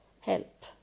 help